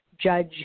judge